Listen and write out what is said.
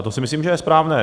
A to si myslím, že je správné.